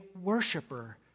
worshiper